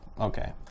Okay